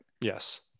Yes